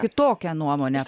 kitokią nuomonę